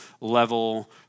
level